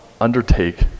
undertake